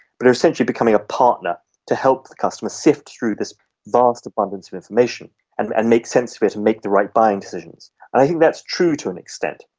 but are essentially becoming a partner to help the customer sift through this vast abundance of information and and make sense of it and make the right buying decisions. and i think that's true, to an extent.